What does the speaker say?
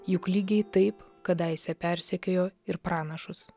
juk lygiai taip kadaise persekiojo ir pranašus